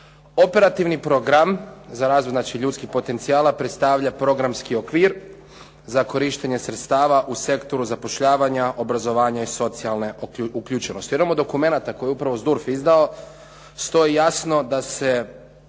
Operativni program za razvoj znači ljudskih potencijala predstavlja programski okvir za korištenje sredstava u sektoru zapošljavanja, obrazovanja i socijalne uključenosti. Jer imamo dokumenata koje je upravo Zdurf izdao stoji jasno da se